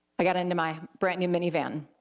i got into my brand new minivan,